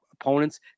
opponents